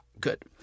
good